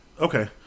Okay